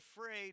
afraid